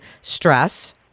stress